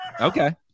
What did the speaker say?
Okay